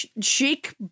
chic